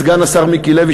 סגן השר מיקי לוי,